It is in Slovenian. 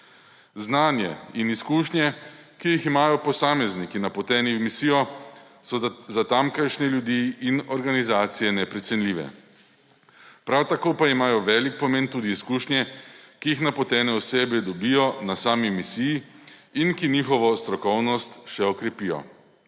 Znanje in izkušnje, ki jih imajo posamezniki, napoteni na misijo, so za tamkajšnje ljudi in organizacije neprecenljivi. Prav tako pa imajo velik pomen tudi izkušnje, ki jih napotene osebe dobijo na sami misiji in ki njihovo strokovnost še okrepijo.